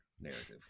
narrative